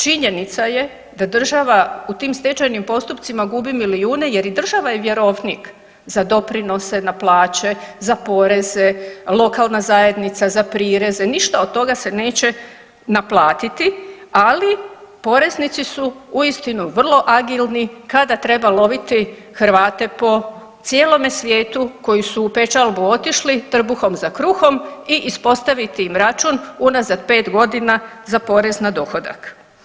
Činjenica je da država u tim stečajnim postupcima gubi milijune jer i država je vjerovnik za doprinose na plaće, za poreze, lokalna zajednica za prireze ništa od toga se neće naplatiti, ali poreznici su uistinu su vrlo agilni kada treba loviti Hrvate po cijelome svijetu koji su u pečalbu otišli trbuhom za kruhom i ispostaviti im račun unazad pet godina za porez na dohodak.